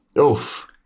Oof